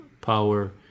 Power